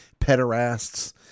pederasts